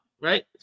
right